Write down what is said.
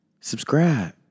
subscribe